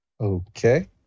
Okay